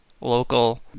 local